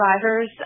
drivers